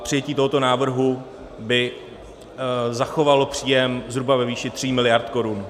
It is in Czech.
Přijetí tohoto návrhu by zachovalo příjem zhruba ve výši 3 mld. korun.